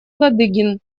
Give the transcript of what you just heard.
ладыгин